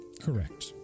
Correct